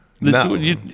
No